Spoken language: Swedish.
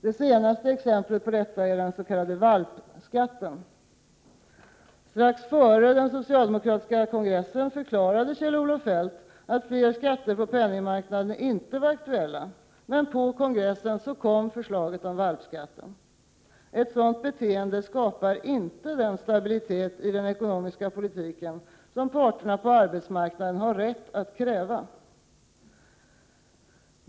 Det senaste exemplet på detta är den s.k. valpskatten. Strax före den socialdemokratiska kongressen förklarade Kjell-Olof Feldt att fler skatter på penningmarknaden inte var aktuella — men på kongressen kom förslaget om valpskatten. Ett sådant beteende skapar inte den stabilitet i den ekonomiska politiken som parterna på arbetsmarknaden har rätt att kräva.